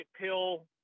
pill